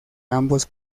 ambos